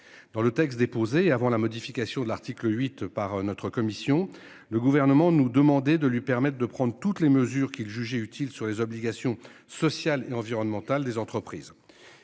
Dans le texte déposé avant la modification de l'article 8 par notre commission. Le gouvernement nous demander de lui permettent de prendre toutes les mesures qu'il jugeait utile sur les obligations sociales et environnementales des entreprises.